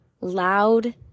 loud